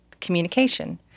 communication